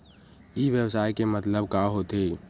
ई व्यवसाय के मतलब का होथे?